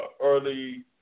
early